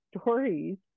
stories